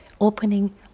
opening